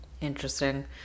interesting